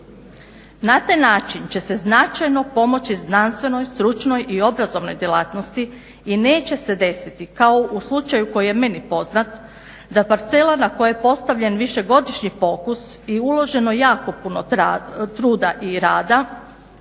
Na taj način će se značajno pomoći znanstvenoj, stručnoj i obrazovnoj djelatnosti i neće se desiti kao u slučaju koji je meni poznat da parcela na kojoj je postavljen višegodišnji pokus i uloženo jako puno truda i rada,